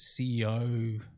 CEO